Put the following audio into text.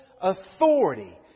authority